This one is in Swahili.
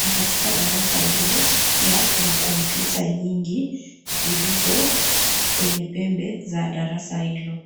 Na katika darasa hilo pia kuna kompyuta nyingi zilizo kwenye pembe za darasa hilo.